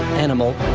animal,